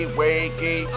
wakey